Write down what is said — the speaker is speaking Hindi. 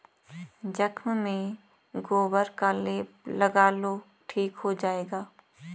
जख्म में गोबर का लेप लगा लो ठीक हो जाएगा